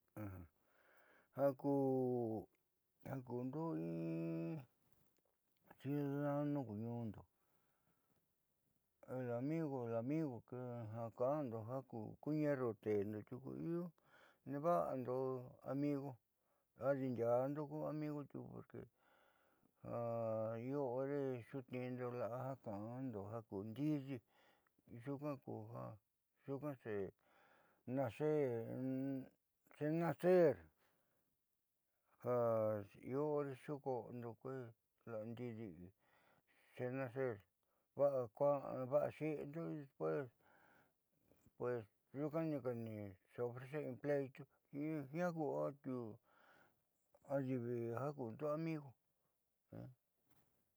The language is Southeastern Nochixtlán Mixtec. Ja ku ja kuundo in ciudadano ku ñuundo el amigo el amigo que ja ka'ando ja ku ñeerru nte'endo tiuku neeva'ando amigo adindiando ku amigo tiuku porque io ore xuutniindo la'a ja ka'ando ja ku ndiidii nyuukaa xenaaxe'e io oreja va'a xiindo y después nyuunkani se ofrecer in pleito y jiaa ku ayiivi ja kuundo amigo.